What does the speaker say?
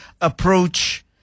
approach